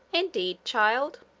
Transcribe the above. indeed, child,